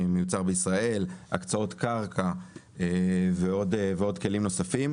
הקצאות קרקע ועוד כלים נוספים.